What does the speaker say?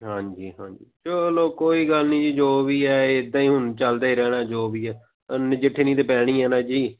ਹਾਂਜੀ ਹਾਂਜੀ ਚਲੋ ਕੋਈ ਗੱਲ ਨਹੀਂ ਜੀ ਜੋ ਵੀ ਹੈ ਇੱਦਾਂ ਹੀ ਹੁਣ ਚੱਲਦਾ ਰਹਿਣਾ ਜੋ ਵੀ ਹੈ ਨਜਿੱਠਣੀ ਤਾਂ ਪੈਣੀ ਆ ਨਾ ਜੀ